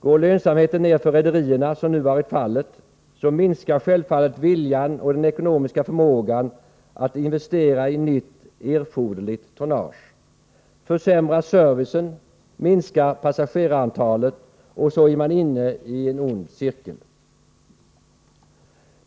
Går lönsamheten ner för rederierna, som nu varit fallet, så minskar självfallet viljan och den ekonomiska förmågan att investera i nytt, erforderligt tonnage. Försämras servicen, minskar passagerarantalet, och så är man inne i en ond cirkel.